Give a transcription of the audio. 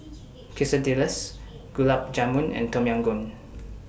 Quesadillas Gulab Jamun and Tom Yam Goong